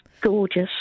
gorgeous